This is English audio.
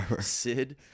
Sid